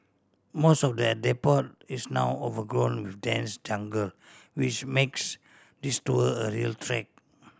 most of the depot is now overgrown with dense jungle which makes this tour a real trek